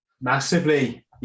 massively